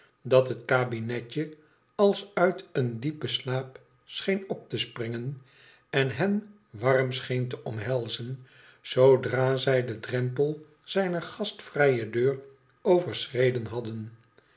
dat het kabinetje als uit een diepen slaap scheen op te springen en hen warm scheen te omhelzen zoodra zij den drempel zijner gastvrije deur overschreden hadden